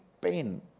pain